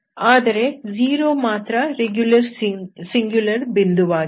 ಆದರೆ 0 ಮಾತ್ರ regular singular ಬಿಂದುವಾಗಿಲ್ಲ